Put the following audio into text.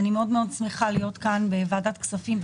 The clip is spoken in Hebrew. ואני מאוד מאוד שמחה להיות כאן בוועדת הכספים,